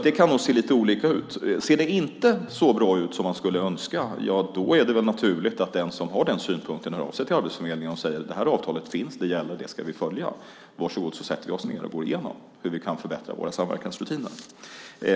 Det kan alltså se lite olika ut. Om det inte ser så bra ut som man skulle önska är det naturligt att den som har den synpunkten hör av sig till Arbetsförmedlingen och säger: Det här avtalet finns, det gäller, det ska vi följa. Varsågod så sätter vi oss ned och går igenom hur vi kan förbättra våra samverkansrutiner.